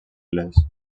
les